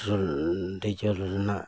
petrol diesel ᱨᱮᱱᱟᱜ